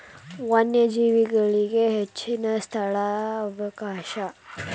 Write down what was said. ವನ್ಯಜೇವಿಗಳಿಗೆ ಹೆಚ್ಚಿನ ಸ್ಥಳಾವಕಾಶ